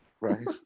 Right